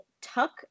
tuck